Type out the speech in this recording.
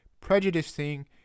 prejudicing